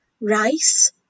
rice